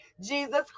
Jesus